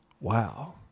wow